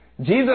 Jesus